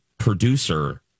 producer